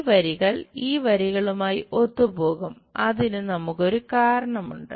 ഈ വരികൾ ഈ വരികളുമായി ഒത്തുപോകും അതിന് നമുക്ക് ഒരു കാരണമുണ്ട്